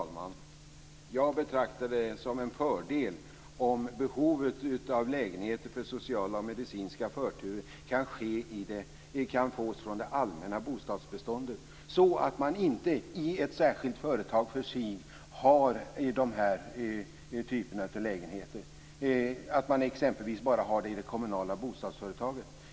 Fru talman! Jag betraktar det som en fördel om behovet av lägenheter för sociala och medicinska förturer kan täckas från det allmänna bostadsbeståndet, så att man inte i ett särskilt företag för sig har dessa typer av lägenheter, t.ex. bara i det kommunala bostadsföretaget.